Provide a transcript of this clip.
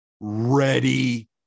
ready